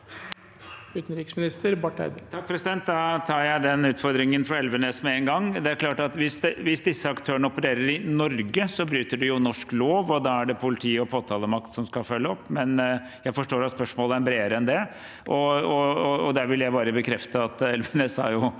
Utenriksminister Espen Barth Eide Da tar jeg den utfordringen fra representanten Elvenes med en gang: Det er klart at hvis disse aktørene opererer i Norge, bryter de norsk lov. Da er det politi og påtalemakt som skal følge opp. Men jeg forstår at spørsmålet er bredere enn det. Her vil jeg bare bekrefte at Elvenes har